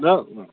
नों